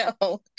No